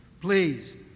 please